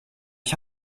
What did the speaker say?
ich